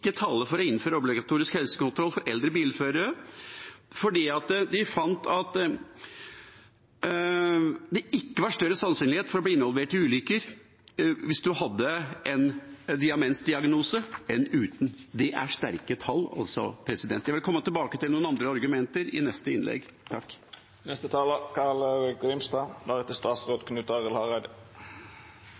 var større sannsynlighet for å bli involvert i ulykker hvis du hadde en demensdiagnose enn det var uten. Det er sterke tall. Jeg vil komme tilbake til noen andre argumenter i neste innlegg.